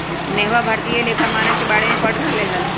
नेहवा भारतीय लेखा मानक के बारे में पढ़ रहले हल